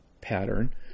pattern